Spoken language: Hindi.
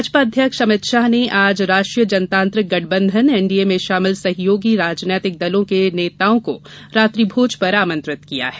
भाजपा अध्यक्ष अमित शाह ने आज राष्ट्रीय जनतांत्रिक गठबंधन एनडीए में शामिल सहयोगी राजनीतिक दलों के नेताओं को रात्रिभोज पर आमंत्रित किया है